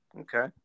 Okay